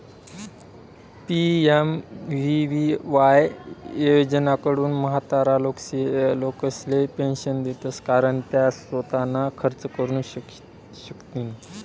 PMVVY योजनाकडथून म्हातारा लोकेसले पेंशन देतंस कारण त्या सोताना खर्च करू शकथीन